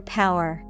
power